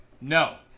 no